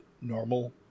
normal